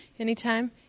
Anytime